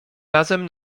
razem